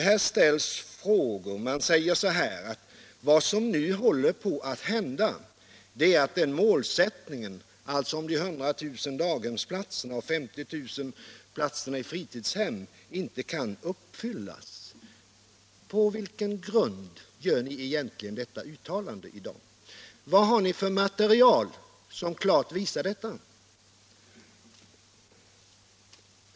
Här ställs frågor, och det påstås att vad som nu håller på att hända är att målsättningen om de 100 000 daghemsplatserna och de 50 000 platserna i fritidshem inte kan uppfyllas. På vilken grund gör ni egentligen detta uttalande i dag? Vilket material har ni som klart visar detta?